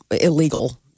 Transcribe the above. illegal